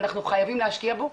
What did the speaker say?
אנחנו חייבים להשקיע בו,